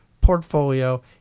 portfolio